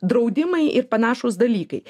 draudimai ir panašūs dalykai